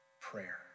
prayer